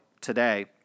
today